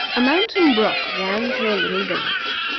a mountain brook ran through a little village.